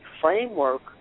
framework